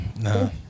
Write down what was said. No